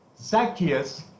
Zacchaeus